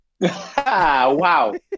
Wow